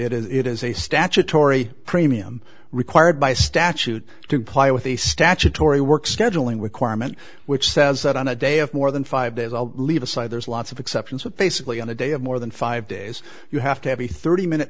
period it is a statutory premium required by statute to play with a statutory work scheduling requirement which says that on a day of more than five days i'll leave aside there's lots of exceptions with basically on a day of more than five days you have to have a thirty minute